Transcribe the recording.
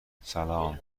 سلام